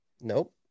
Nope